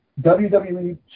WWE